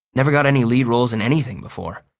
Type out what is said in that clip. never got any lead roles in anything before.